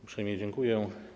Uprzejmie dziękuję.